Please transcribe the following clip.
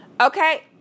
Okay